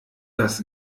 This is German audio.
das